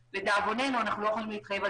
לדאבוננו אנחנו לא יכולים להתחייב על